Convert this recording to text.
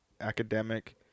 Academic